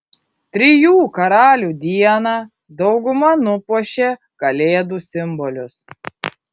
trijų karalių dieną dauguma nupuošė kalėdų simbolius